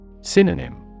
Synonym